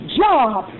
job